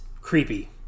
creepy